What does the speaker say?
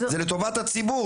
זה לטובת הציבור.